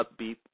upbeat